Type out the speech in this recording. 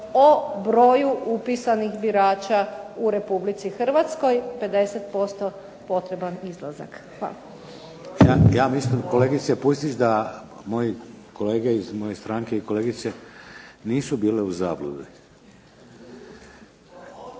o broju upisanih birača u Republici Hrvatskoj, 50% potreban izlazak. Hvala. **Šeks, Vladimir (HDZ)** Ja mislim kolegice Pusić da moje kolege iz stranke i kolegice nisu bile u zabludi.